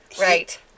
Right